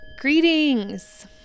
Greetings